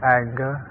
anger